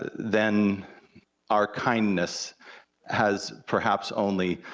then our kindness has perhaps only